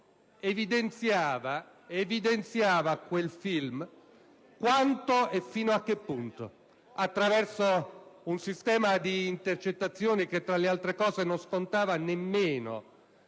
che evidenziava quanto e fino a che punto, attraverso un sistema di intercettazioni, che tra le altre cose non sfruttava nemmeno